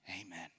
Amen